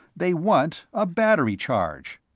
they want a battery charge.